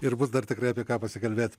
ir bus dar tikrai apie ką pasikalbėt